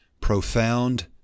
Profound